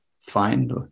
find